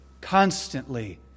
constantly